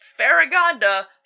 Farragonda